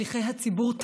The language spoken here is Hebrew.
שליחי הציבור,